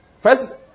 First